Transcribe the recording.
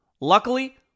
Luckily